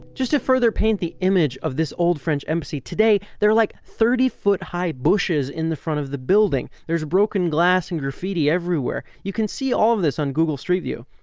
just to further paint the image of this old french embassy, today there are like thirty foot high bushes in the front of the building. there's broken glass and graffiti everywhere. you can see all of this on google street view.